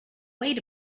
wait